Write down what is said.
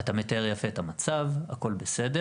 אתה מתאר יפה את המצב, הכול בסדר.